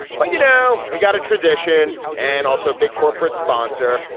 but, you know, we've got a tradition and also a big corporate sponsor.